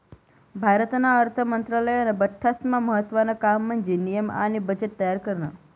भारतना अर्थ मंत्रालयानं बठ्ठास्मा महत्त्वानं काम म्हन्जे नियम आणि बजेट तयार करनं